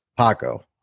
Paco